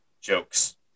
jokes